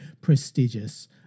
prestigious